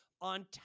on